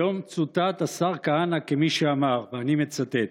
היום צוטט השר כהנא כמי שאמר, ואני מצטט: